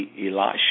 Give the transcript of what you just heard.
Elisha